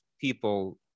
people